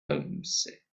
homesick